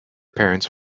parents